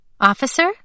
Officer